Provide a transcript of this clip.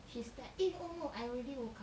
she start eh oh no I already woke up